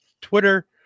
Twitter